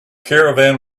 caravan